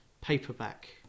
paperback